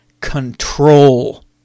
control